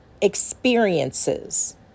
experiences